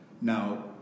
Now